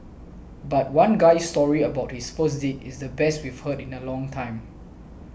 but one guy's story about his first date is the best we've heard in a long time